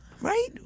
Right